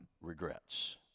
regrets